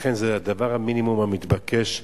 לכן זה המינימום המתבקש.